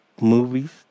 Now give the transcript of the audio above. movies